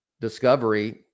Discovery